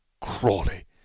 Crawley